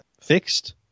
fixed